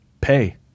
Pay